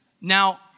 Now